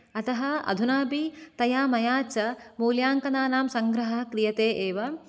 अतः अधुना अपि तया मया च मूल्याङ्कनानां सङ्ग्रहः क्रियते एव